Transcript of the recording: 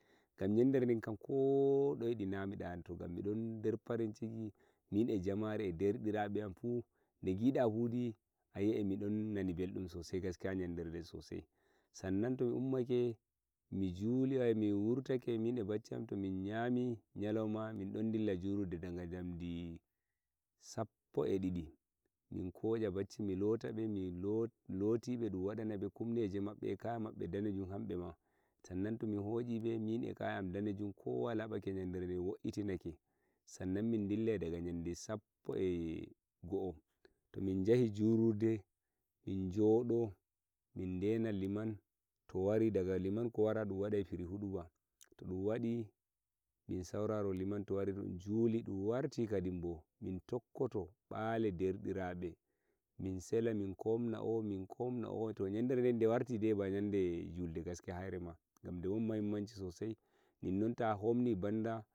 nane beldum sosai sele wuro o konna sele wuro o konname ta honni to sai ngarta nder bacci mada to on ngarti wuro am eh iyalu madaoje eh bacci bacci mada sao to don non geuton kiron kowa baccel wara baba mi yidi kaza mi yidi kaza mi yidi kaza da be dokki min assignment makaranta kaza to di fu eh lokacire den sai tattauno don yandere den wala wurtaki dama to dum lumo ngatta a wurtoto lumo yandere den dum yandere den ma'aikaci jo dama deppa eh wuro to in kiri eh bacci ton to asira wadi dum noddini asira sai mi hosha bacci din bo sai min kosha min juli asira dum bacci bandun sai be kira to be kiri hiro ko hani mun mimma sai mi dilla hoje sobabe am min jaha min jodo